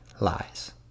lies